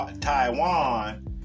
Taiwan